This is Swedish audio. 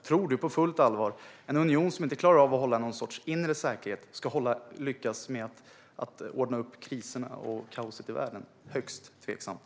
Tror du på fullt allvar att en union som inte klarar av att hålla någon sorts inre säkerhet ska lyckas med att ordna upp kriserna och kaoset i världen? Det är högst tveksamt.